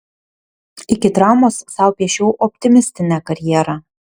iki traumos sau piešiau optimistinę karjerą